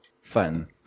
fun